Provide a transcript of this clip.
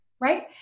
Right